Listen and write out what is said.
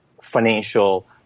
financial